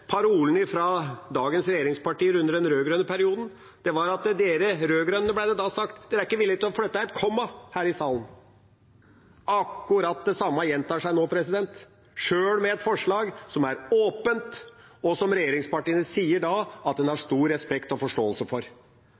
parolen fra dagens regjeringspartier under den rød-grønne perioden: Dere, rød-grønne – ble det sagt – er ikke villig til å flytte et komma her i salen. Akkurat det samme gjentar seg nå, sjøl med et forslag som er åpent, og som regjeringspartiene sier at en har stor respekt og forståelse for.